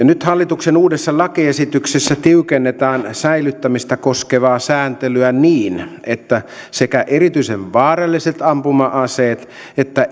nyt hallituksen uudessa lakiesityksessä tiukennetaan säilyttämistä koskevaa sääntelyä niin että sekä erityisen vaaralliset ampuma aseet että